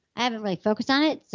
i haven't really focused on it.